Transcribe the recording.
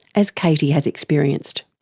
as katie has experienced.